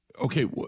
okay